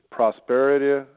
Prosperity